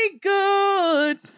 good